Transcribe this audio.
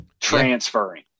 Transferring